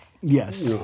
Yes